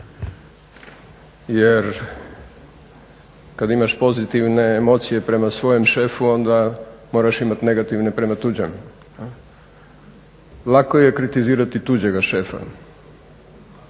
jer kada imaš pozitivne emocije prema svojem šefu onda moraš imati negativne prema tuđem. Lako je kritizirati tuđega šefa,